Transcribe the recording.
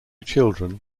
children